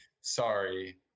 sorry